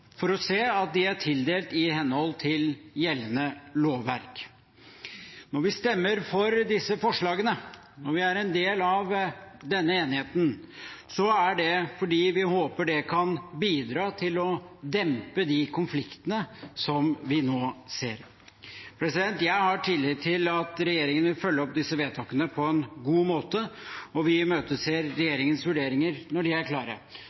for å se til at de er tildelt i henhold til gjeldende lovverk. Når vi stemmer for disse forslagene, når vi er en del av denne enigheten, er det fordi vi håper det kan bidra til å dempe de konfliktene vi nå ser. Jeg har tillit til at regjeringen vil følge opp disse vedtakene på en god måte, og vi imøteser regjeringens vurderinger når de er klare.